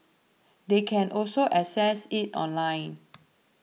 they can also access it online